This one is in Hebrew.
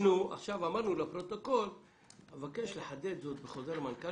אמרנו לפרוטוקול שנבקש לחדד זאת בחוזר מנכ"ל